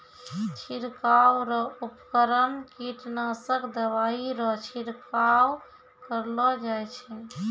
छिड़काव रो उपकरण कीटनासक दवाइ रो छिड़काव करलो जाय छै